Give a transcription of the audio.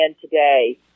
today